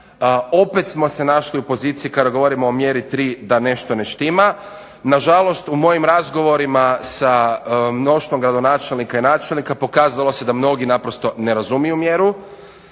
Opet smo se našli u poziciji kada govorimo o mjeri 3 da nešto ne štima. Nažalost, u mojim razgovorima sa mnoštvom gradonačelnika i načelnika pokazalo se da mnogi naprosto ne razumiju mjeru,